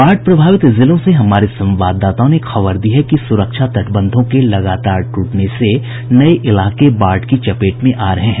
बाढ़ प्रभावित जिलों से हमारे संवाददाताओं ने खबर दी है कि सुरक्षा तटबंधों के लगातार टूटने से नये इलाके बाढ़ की चपेट में आ रहे हैं